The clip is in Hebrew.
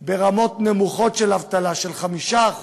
ברמות נמוכות של אבטלה, של 5%,